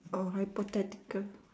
oh hypothetical